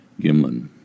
Gimlin